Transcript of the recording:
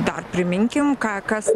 dar priminkim ką kas